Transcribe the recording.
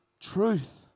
truth